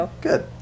Good